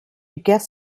guest